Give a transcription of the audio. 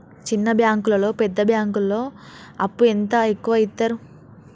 చిన్న బ్యాంకులలో పెద్ద బ్యాంకులో అప్పు ఎంత ఎక్కువ యిత్తరు?